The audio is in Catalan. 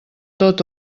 tot